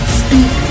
speak